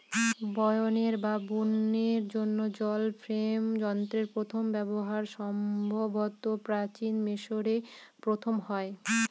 বয়নের বা বুননের জন্য জল ফ্রেম যন্ত্রের প্রথম ব্যবহার সম্ভবত প্রাচীন মিশরে প্রথম হয়